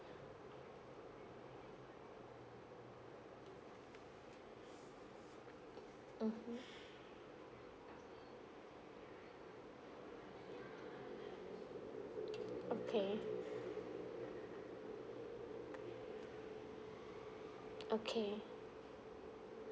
mmhmm okay okay